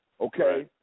Okay